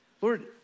Lord